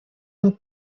amb